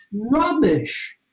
Rubbish